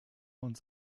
uns